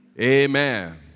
Amen